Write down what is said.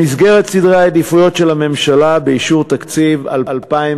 במסגרת סדרי העדיפויות של הממשלה באישור תקציב 2013